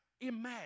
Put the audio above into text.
imagine